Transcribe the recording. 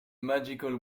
magical